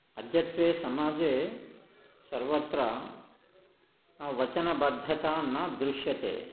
अद्यत्वे समाजे सर्वत्र वचनबद्धता न दृश्यते